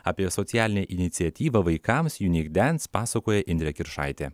apie socialinę iniciatyvą vaikams uniq dance pasakoja indrė kiršaitė